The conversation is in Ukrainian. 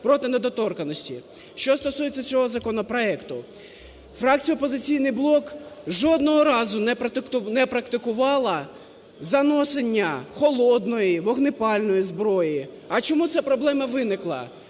проти недоторканності. Що стосується цього законопроекту. Фракція "Опозиційний блок" жодного разу не практикувала занесення холодної, вогнепальної зброї. А чому ця проблема виникла?